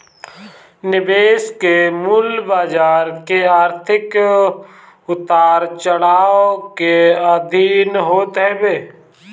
निवेश के मूल्य बाजार के आर्थिक उतार चढ़ाव के अधीन होत हवे